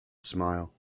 smile